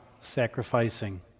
sacrificing